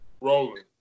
Rolling